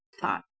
thought